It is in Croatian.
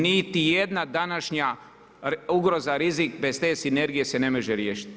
Niti jedna današnja ugroza, rizik bez te sinergije se ne može riješiti.